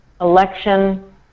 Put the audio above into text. election